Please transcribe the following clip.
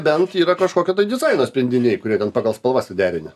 bent yra kažkokio tai dizaino sprendiniai kurie ten pagal spalvą suderinę